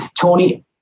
Tony